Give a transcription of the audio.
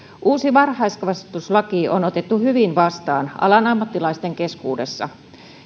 uusi varhaiskasvatuslaki on otettu hyvin vastaan alan ammattilaisten keskuudessa